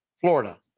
Florida